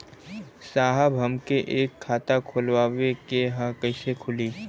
साहब हमके एक खाता खोलवावे के ह कईसे खुली?